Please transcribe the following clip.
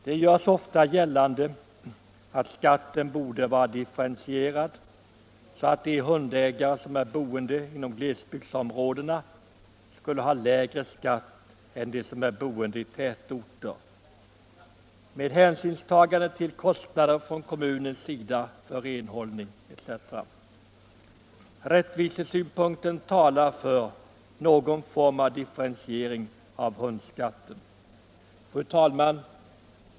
Det görs ofta gällande att skatten borde vara differentierad, så att de hundägare som bor inom glesbygdsområdena skulle ha lägre skatt än de som bor i tätorter och detta med hänsyn till kommunens kostnader för renhållning etc. Rättvisesynpunkten talar för någon form av differentiering av hundskatten. Fru talman!